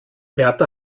berta